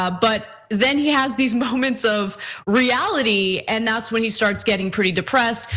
ah but then he has these moments of reality, and that's when he starts getting pretty depressed.